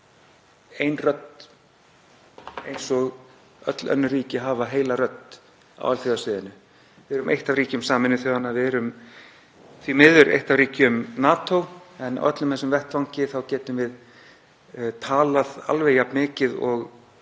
eins og öll önnur ríki, að hafa eina heila rödd á alþjóðasviðinu. Við erum eitt af ríkjum Sameinuðu þjóðanna og við erum því miður eitt af ríkjum NATO. En á þessum vettvangi getum við talað alveg jafn mikið og